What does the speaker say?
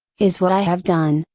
is what i have done,